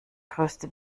größte